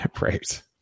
Right